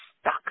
stuck